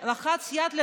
שלחץ יד לנשים,